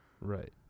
Right